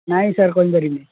ନାଇଁ ସାର୍ କହି ପାରିବିନି